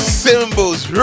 symbols